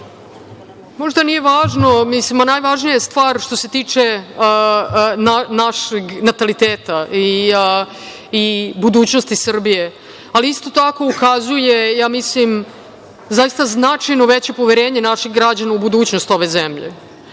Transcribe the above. Možda nije važno, a mislim da je najvažnija stvar što se tiče našeg nataliteta i budućnosti Srbije, ali isto tako ukazuje zaista značajno veće poverenje naših građana u budućnost ove zemlje,